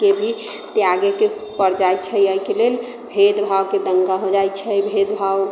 के भी त्यागयके पड़ि जाइत छै एहिके लेल भेदभावके दंगा हो जाइत छै भेदभाव